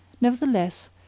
Nevertheless